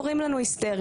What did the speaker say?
קוראים לנו היסטריות.